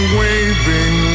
waving